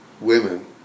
women